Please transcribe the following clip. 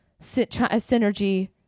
synergy